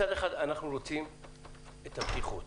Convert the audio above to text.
מצד אחד, אנחנו רוצים את הבטיחות